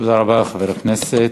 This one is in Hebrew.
תודה רבה לחבר הכנסת.